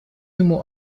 ему